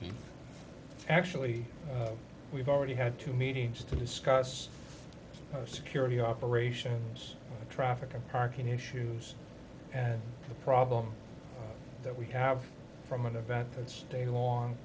look actually we've already had two meetings to discuss security operations traffic and parking issues and the problem that we have from an event that's day long